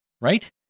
right